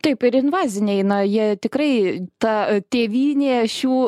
taip ir invaziniai eina jie tikrai ta tėvynė šių